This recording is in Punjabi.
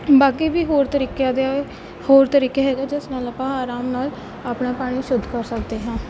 ਬਾਕੀ ਵੀ ਹੋਰ ਤਰੀਕਿਆਂ ਦੇ ਹੋਰ ਤਰੀਕੇ ਹੈਗੇ ਜਿਸ ਨਾਲ ਆਪਾਂ ਆਰਾਮ ਨਾਲ ਆਪਣਾ ਪਾਣੀ ਸ਼ੁੱਧ ਕਰ ਸਕਦੇ ਹਾਂ